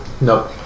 No